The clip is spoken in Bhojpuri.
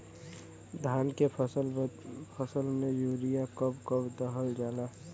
धान के फसल में यूरिया कब कब दहल जाला?